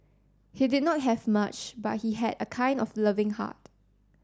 he did not have much but he had a kind of loving heart